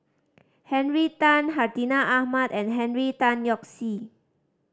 Henry Tan Hartinah Ahmad and Henry Tan Yoke See